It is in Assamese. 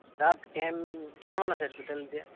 তাত কেন কেইটামান আছে টুটেল এতিয়া